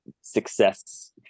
success